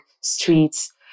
streets